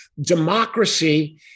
democracy